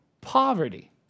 poverty